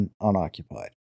unoccupied